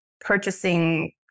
purchasing